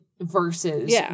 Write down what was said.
versus